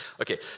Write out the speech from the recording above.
Okay